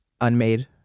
unmade